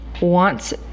wants